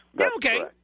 Okay